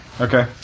Okay